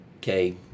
Okay